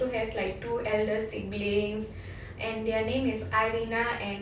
also has like two elder siblings and their name is irina and